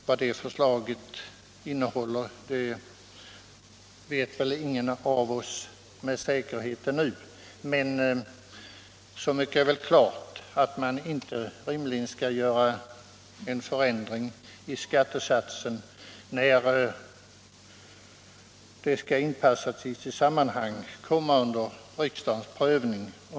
Vad det förslaget kommer att innehålla vet ingen av oss med säkerhet ännu, men så mycket är väl klart som att det inte är rimligt att göra en förändring i skattesatsen nu, när inom en mycket nära framtid den frågan skall inpassas i sitt sammanhang och komma under riksdagens behandling.